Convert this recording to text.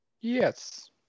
Yes